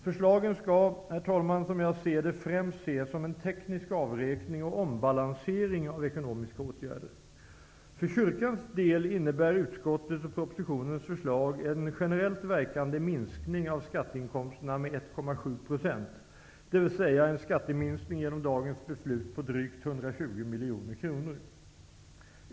Förslagen skall, herr talman -- som jag betraktar saken -- främst ses som en teknisk avräkning och ombalansering av ekonomiska åtgärder. en skatteminskning genom dagens beslut på drygt 120 miljoner kronor.